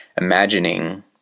imagining